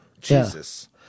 Jesus